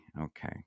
Okay